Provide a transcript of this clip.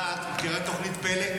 את יודעת, את מכירה את תוכנית פל"א?